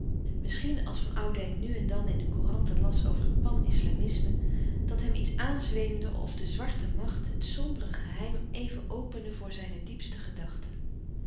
misschien als van oudijck nu en dan in de couranten las over het pan islâmisme dat hem iets aanzweemde of de zwarte macht het sombere louis couperus de stille kracht geheim even opende voor zijne diepste gedachte